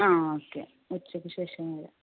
ആ ഓക്കേ ഉച്ചക്ക് ശേഷം വരാം